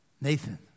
Nathan